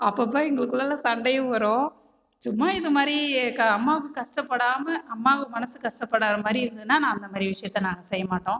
அப்போப்ப எங்களுக்குள்ளேலா சண்டையும் வரும் சும்மா இது மாதிரி அம்மாக்கு கஷ்டப்படாமல் அம்மாக்கு மனசு கஷ்டப்படாத மாதிரி இருந்துதுனா நான் அந்த மாதிரி விஷயத்தை நாங்கள் செய்ய மாட்டோம்